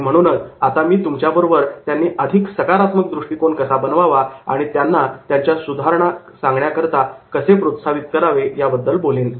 आणि म्हणूनच आता मी तुमच्या बरोबर त्यांनी अधिक सकारात्मक दृष्टिकोन कसा बनवावा आणि त्यांना त्यांच्या सुधारणा सांगण्याकरता कसे प्रोत्साहित करावे याबद्दल बोलेन